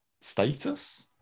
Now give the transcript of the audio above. Status